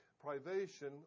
privation